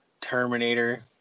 Terminator